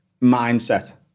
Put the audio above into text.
mindset